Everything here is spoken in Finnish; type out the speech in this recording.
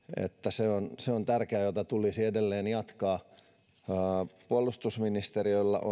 se on se on tärkeää ja sitä tulisi edelleen jatkaa puolustusministeriöllä